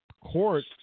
court